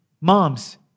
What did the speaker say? Moms